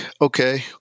Okay